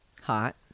Hot